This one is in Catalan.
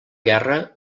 guerra